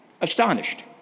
Astonished